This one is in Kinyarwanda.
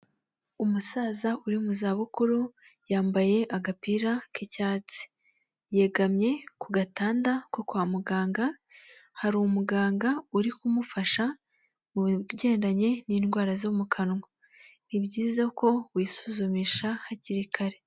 Umusaza uri mu za bukuru yambaye agapira k'icyatsi, yegamye ku gatanda ko kwa muganga hari umuganga uri kumufasha mu bi bigendanye n'indwara zo mu kanwa, ni byiza ko wisuzumisha hakiri kare.